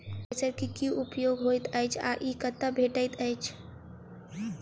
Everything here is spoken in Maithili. थ्रेसर केँ की उपयोग होइत अछि आ ई कतह भेटइत अछि?